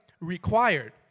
Required